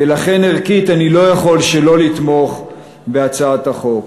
ולכן, ערכית, אני לא יכול שלא לתמוך בהצעת החוק.